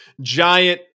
giant